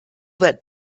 that